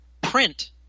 print